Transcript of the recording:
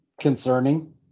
concerning